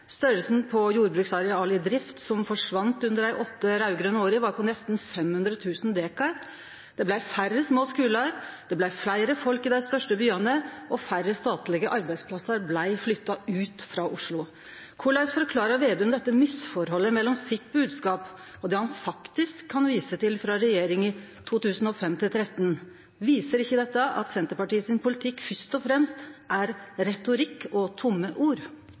Størrelsen på jordbruksareal i drift som forsvann under dei åtte raud-grøne åra, var på nesten 500 000 dekar. Det blei færre små skular. Det blei fleire folk i dei største byane, og færre statlege arbeidsplassar blei flytta ut frå Oslo. Korleis forklarer Slagsvold Vedum dette misforholdet mellom bodskapen sin og det han faktisk kan vise til frå regjeringa i 2005–2013? Viser ikkje dette at Senterpartiets politikk fyrst og fremst er retorikk og tomme ord?